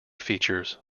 features